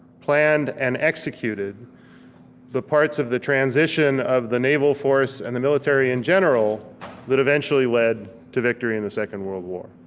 planned, and executed the parts of the transition of the naval force and the military in general that eventually led to victory in the second world war.